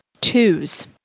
twos